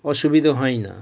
অসুবিধে হয় না